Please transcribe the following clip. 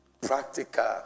Practical